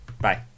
Bye